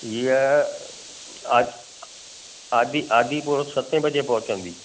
इअ आहे आ आदी आदिपुर सते बजे पहुंचंदी